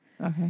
Okay